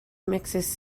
mixes